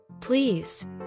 Please